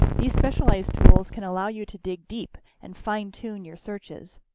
these specialized tools can allow you to dig deep and fine-tune your searches.